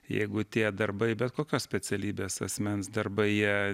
jeigu tie darbai bet kokios specialybės asmens darbai jie